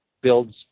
builds